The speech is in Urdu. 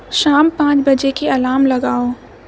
شام پانچ بجے کے الام لگاؤ